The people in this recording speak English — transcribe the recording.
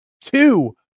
two